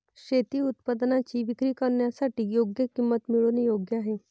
शेती उत्पादनांची विक्री करण्यासाठी योग्य किंमत मिळवणे योग्य आहे